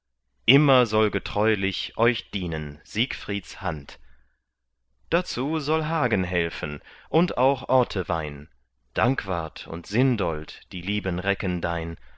immer soll getreulich euch dienen siegfriedens hand dazu soll hagen helfen und auch ortewein dankwart und sindold die lieben recken dein